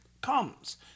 comes